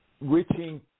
reaching